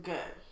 Good